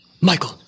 Michael